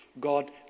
God